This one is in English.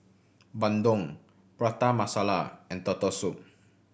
bandung Prata Masala and Turtle Soup